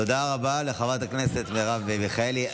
תודה רבה לחברת הכנסת מרב מיכאלי.